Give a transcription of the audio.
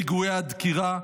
בפיגועי הדקירה,